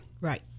Right